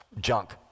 junk